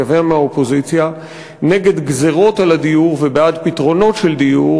ומהאופוזיציה נגד גזירות על הדיור ובעד פתרונות של דיור,